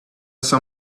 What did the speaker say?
that